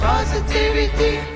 Positivity